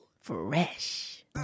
Fresh